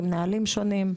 עם נהלים שונים.